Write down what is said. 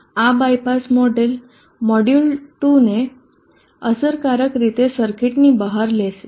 આ bypass diode module 2 ને અસરકારક રીતે સર્કિટની બહાર લેશે